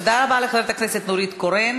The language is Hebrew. תודה רבה לחברת הכנסת נורית קורן.